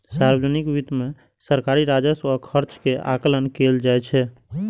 सार्वजनिक वित्त मे सरकारी राजस्व आ खर्च के आकलन कैल जाइ छै